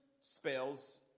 spells